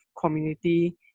community